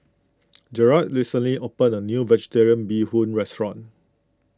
Gerard recently opened a new Vegetarian Bee Hoon restaurant